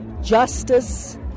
justice